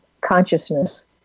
consciousness